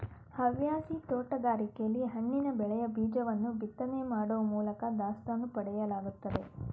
ಹವ್ಯಾಸಿ ತೋಟಗಾರಿಕೆಲಿ ಹಣ್ಣಿನ ಬೆಳೆಯ ಬೀಜವನ್ನು ಬಿತ್ತನೆ ಮಾಡೋ ಮೂಲ್ಕ ದಾಸ್ತಾನು ಪಡೆಯಲಾಗ್ತದೆ